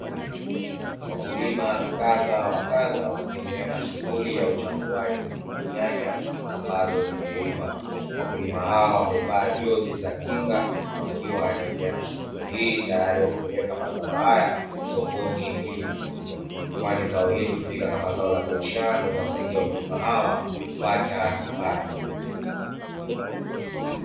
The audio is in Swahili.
Wakulima kadha wa kadha wakiendelea shughuli ya uchambuaji wa nyanya; ambazo zimeiva. Wakulima hao wamevaa jozi za kinga, wakiwa wanaendelea na shughuli hii, tayari kwa kupeleka mazao haya sokoni ili kuuzwa, kwani zao hili hutumika kama zao la biashara na huwasaidia wakulima hawa kupata kipato.